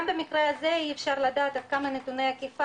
גם במקרה הזה אי אפשר לדעת עד כמה נתוני האכיפה